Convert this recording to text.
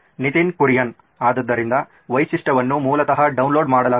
ನಿತಿನ್ ಕುರಿಯನ್ ಆದ್ದರಿಂದ ವೈಶಿಷ್ಟ್ಯವನ್ನು ಮೂಲತಃ ಡೌನ್ಲೋಡ್ ಮಾಡಲಾಗುತ್ತದೆ